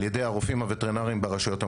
ידי הרופאים הווטרינרים ברשויות המקומיות,